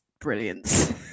brilliance